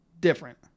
different